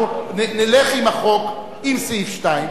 אנחנו נלך עם החוק עם סעיף 2,